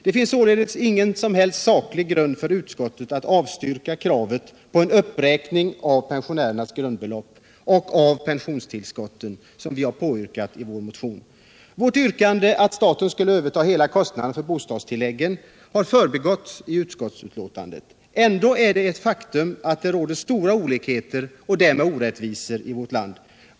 Det finns således ingen som helst saklig grund för utskottet att avstyrka vårt krav på uppräkning av pensionernas grundbelopp och av pensionstillskotten. Vårt yrkande att staten skall överta hela kostnaden för bostadstilläggen har förbigåtts i utskottsbetänkandet. Ändå är det ett faktum att det råder stora olikheter och därmed orättvisor i vårt land.